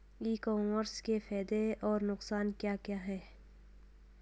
ई commerce के फायदे और नुकसान क्या हैं?